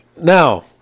now